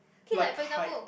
K like for example